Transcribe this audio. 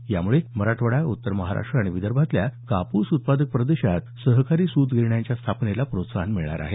यामुळे मराठवाडा उत्तर महाराष्ट्र आणि विदर्भातल्या कापूस उत्पादक प्रदेशात सहकारी सूत गिरण्यांच्या स्थापनेला प्रोत्साहन मिळणार आहे